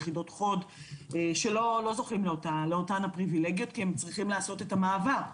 יחידות חוד שלא זוכים לאותן הפריבילגיות כי הם צריכים לעשות את המעבר.